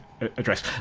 address